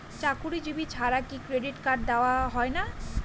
চাকুরীজীবি ছাড়া কি ক্রেডিট কার্ড দেওয়া হয় না?